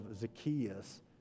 zacchaeus